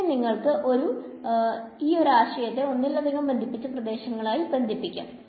ഇനി നിങ്ങൾക്ക് ഈ ഒരു ആശയത്തെ ഒന്നിലധികം ബന്ധിപ്പിച്ച പ്രദേശമായി ബന്ധിപ്പിക്കാം